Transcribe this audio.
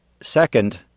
Second